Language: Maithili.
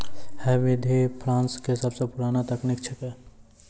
है विधि फ्रांस के सबसो पुरानो तकनीक छेकै